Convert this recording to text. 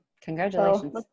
Congratulations